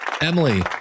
Emily